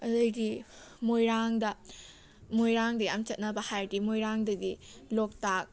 ꯑꯗꯩꯗꯤ ꯃꯣꯏꯔꯥꯡꯗ ꯃꯣꯏꯔꯥꯡꯗ ꯌꯥꯝ ꯆꯠꯅꯕ ꯍꯥꯏꯔꯗꯤ ꯃꯣꯏꯔꯥꯡꯗꯗꯤ ꯂꯣꯛꯇꯥꯛ